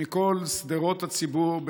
מכל שדרות הציבור,